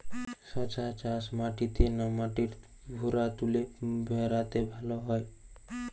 শশা চাষ মাটিতে না মাটির ভুরাতুলে ভেরাতে ভালো হয়?